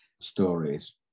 stories